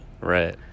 right